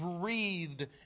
breathed